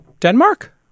Denmark